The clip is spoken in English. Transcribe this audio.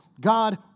God